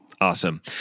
Awesome